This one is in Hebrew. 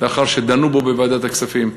לאחר שדנו בו בוועדת הכספים,